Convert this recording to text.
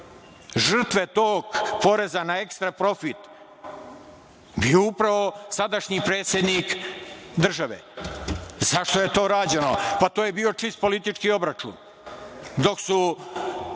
Žrtva tog poreza na ekstra profit bio je upravo sadašnji predsednik države.Zašto je to rađeno? Pa, to je bio čist politički obračun. Dok su